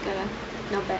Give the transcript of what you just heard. mm not bad